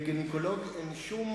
לגינקולוג אין שום